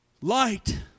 Light